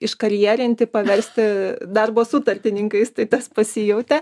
iškarjerinti paversti darbo sutartininkais tai tas pasijautė